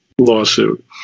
lawsuit